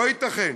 לא ייתכן